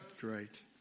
Great